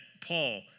Paul